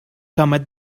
cometh